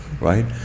right